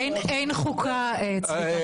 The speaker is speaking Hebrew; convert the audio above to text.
אין חוקה, צביקה.